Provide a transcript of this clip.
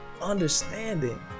understanding